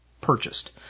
purchased